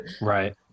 Right